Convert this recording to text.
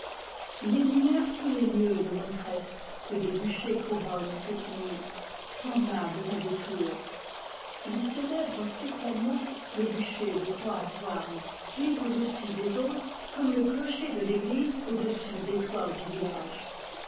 il énumère tous les lieux de motreff que des bûchers couronnent cette nuit semblables à des tours e il célèbre spécialement le bûcher de croaz houarn qui est au-dessus des autres comme le clocher de l'église au-dessus des toits du village